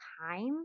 time